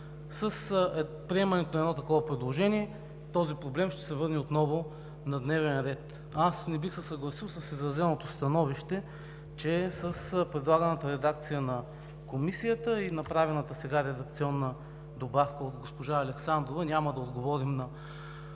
С приемането на такова предложение този проблем ще се върне отново на дневен ред. Не бих се съгласил с изразеното становище, че с предлаганата редакция на Комисията и направената сега редакционна добавка от госпожа Александрова няма да отговорим на